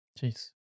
Jeez